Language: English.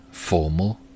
formal